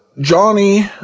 Johnny